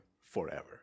forever